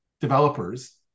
developers